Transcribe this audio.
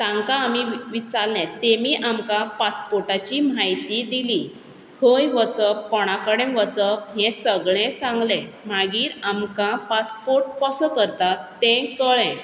तांकां आमी विचारलें तेमी आमकां पासपोर्टाची म्हायती दिली खंय वचप कोणा कडेन वचप हें सगलें सांगलें मागीर आमकां पासपोर्ट कसो करतात तें कळ्ळें